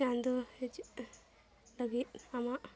ᱪᱟᱸᱫᱳ ᱦᱤᱡᱩᱜ ᱞᱟᱹᱜᱤᱫ ᱟᱢᱟᱜ